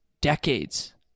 decades